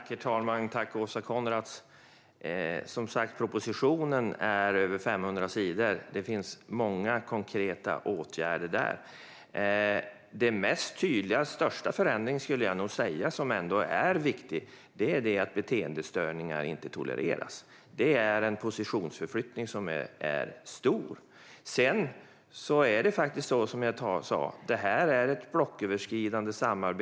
Herr talman! Tack, Åsa Coenraads, för frågorna! Propositionen är som sagt på över 500 sidor och innehåller många konkreta åtgärder. Den största förändringen och som är viktig är att beteendestörningar inte tolereras. Det är en stor positionsförflyttning. Som jag sa har vi haft ett blocköverskridande samarbete.